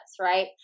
right